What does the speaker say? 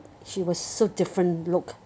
she was so different look